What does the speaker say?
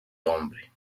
hombre